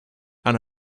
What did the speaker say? and